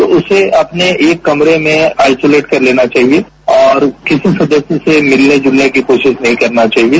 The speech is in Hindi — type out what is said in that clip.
तो उसे अपने एक कमरे में आइसोलेट कर लेना चाहिए और किसी सदस्य से मिलने जुलने की कोशिश नहीं करना चाहिए